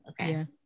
Okay